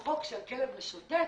בחוק של כלב משוטט,